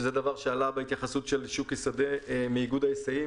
שזה דבר שעלה בהתייחסות של שוקי שדה מאיגוד ההיסעים